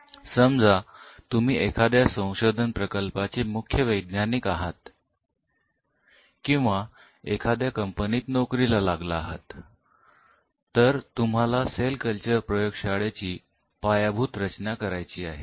समजा तुम्ही एखाद्या संशोधन प्रकल्पाचे मुख्य वैज्ञानिक आहात किंवा एखाद्या कंपनीत नोकरीला लागला आहात आणि तुम्हाला सेल कल्चर प्रयोगशाळेची पायाभूत रचना करायची आहे